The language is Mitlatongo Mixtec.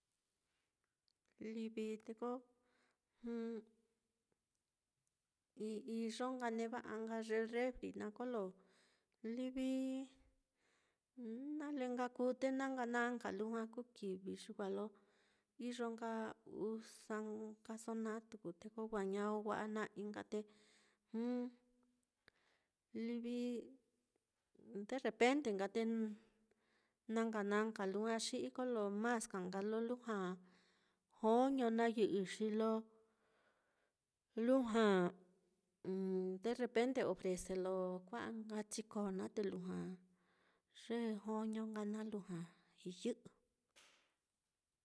Livi te ko i-iyo nka neva'a nka ye refri naá, kolo livi nale nka kuu te nanka nanka lujua kuu kivi, xi wa lo iyo nka usa nkaso naá tuku te ko wa ña wa'a na'i nka, te livi derepende nka te nanka nanka lujua xi'i, kolo mas ka nka lo lujua joño naá yɨ'ɨ, xi lo lujua derepende ofrece lo kua'a nka chiko naá, te lujua ye joño nka naá lujua yɨ'ɨ.